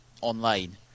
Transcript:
online